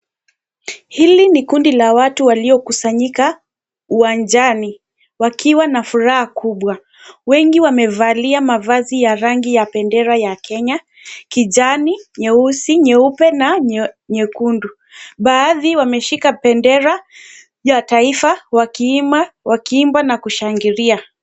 Hili ni kundi la watu waliokusanyika uwanjani wakiwa na furaha kubwa wengi wamevalia mavazi ya rangi ya bendera ya Kenya kijani, nyeusi, nyeupe, na nyekeundu. Baadhi wameshika bendera ya taifa wakiimba na kushangilia.